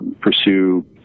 pursue